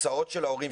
שההוצאות של ההורים,